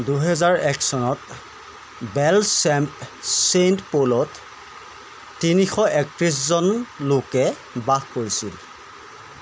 দুহেজাৰ এক চনত বেলচেম ছেইণ্ট প'লত তিনিশ একত্ৰিছ জন লোকে বাস কৰিছিল